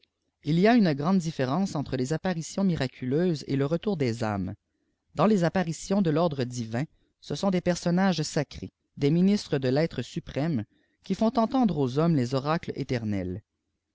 ii y à une gpan de différence entre les apparitions mifaculeiises et le retour des âmes dans les apparitions de l'ordre divin ceisont des personnage sacrés des piinistres de rêtre suprême jui font entendre atix hommes les oracles éternels